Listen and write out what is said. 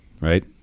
right